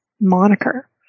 moniker